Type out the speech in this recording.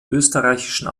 österreichischen